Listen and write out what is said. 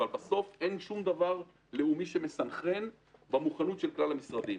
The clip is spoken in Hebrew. אבל בסוף אין שום דבר לאומי שמסנכרן במוכנות של כלל המשרדים.